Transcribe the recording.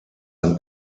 ein